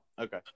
Okay